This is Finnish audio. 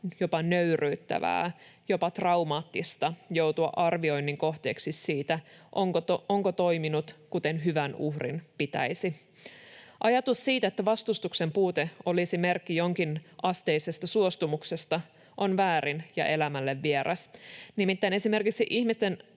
jopa nöyryyttävää, jopa traumaattista joutua arvioinnin kohteeksi siitä, onko toiminut kuten hyvän uhrin pitäisi. Ajatus siitä, että vastustuksen puute olisi merkki jonkinasteisesta suostumuksesta, on väärin ja elämälle vieras. Nimittäin esimerkiksi ihmisen